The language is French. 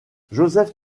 joseph